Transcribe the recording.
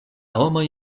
homoj